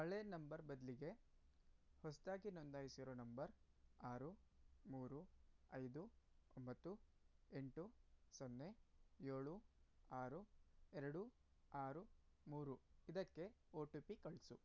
ಹಳೆಯ ನಂಬರ್ ಬದಲಿಗೆ ಹೊಸದಾಗಿ ನೋಂದಾಯಿಸಿರೋ ನಂಬರ್ ಆರು ಮೂರು ಐದು ಒಂಬತ್ತು ಎಂಟು ಸೊನ್ನೆ ಏಳು ಆರು ಎರಡು ಆರು ಮೂರು ಇದಕ್ಕೆ ಒ ಟಿ ಪಿ ಕಳಿಸು